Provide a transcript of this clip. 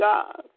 God